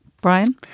Brian